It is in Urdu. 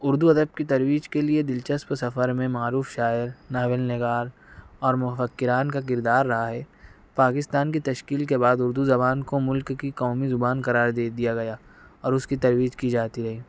اردو ادب کی ترویج کے لیے دلچسپ سفر میں معروف شاعر ناول نگار اور مفکران کا کردار رہا ہے پاکستان کی تشکیل کے بعد اردو زبان کو ملک کی قومی زبان قرار دے دیا گیا اور اس کی ترویج کی جاتی رہی